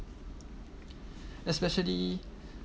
especially